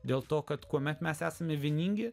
dėl to kad kuomet mes esame vieningi